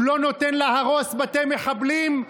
הוא לא נותן להרוס בתי מחבלים,